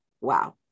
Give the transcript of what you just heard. Wow